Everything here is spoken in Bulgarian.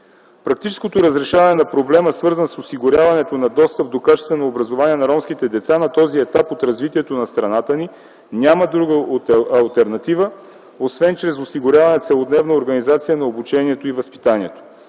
Практическото разрешаване на проблема, свързан с осигуряването на достъп до качествено образование на ромските деца на този етап от развитието на страната ни няма друга алтернатива освен чрез осигуряване на целодневна организация на обучението и възпитанието;